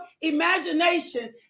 imagination